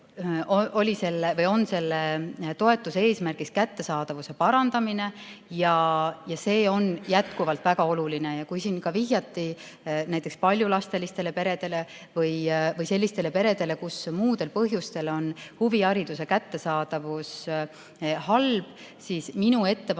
Teisalt on selle toetuse eesmärk kättesaadavuse parandamine ja see on jätkuvalt väga oluline. Ja kui siin vihjati paljulapselistele peredele või sellistele peredele, kus muudel põhjustel on huvihariduse kättesaadavus halb, siis minu ettepanek